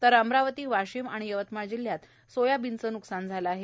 तर अमरावती वाशिम यवतमाळ जिल्ह्यात सोयाबीनचे मोठे न्कसान झाले आहे